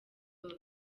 www